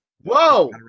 Whoa